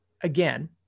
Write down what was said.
Again